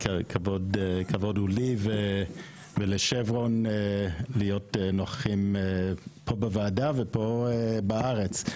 כבוד הוא לי ולשברון להיות נוכחים פה בוועדה ופה בארץ.